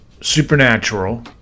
supernatural